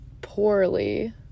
poorly